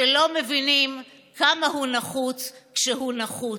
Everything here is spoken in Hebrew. שלא מבינים כמה הוא נחוץ כשהוא נחוץ.